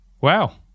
Wow